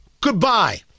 Goodbye